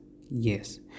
Yes